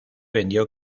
vendió